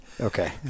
Okay